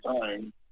time